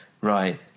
right